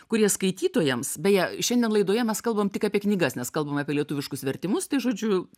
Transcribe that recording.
kurie skaitytojams beje šiandien laidoje mes kalbam tik apie knygas nes kalbame apie lietuviškus vertimus tai žodžiu